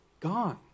gone